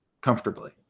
comfortably